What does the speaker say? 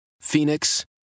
phoenix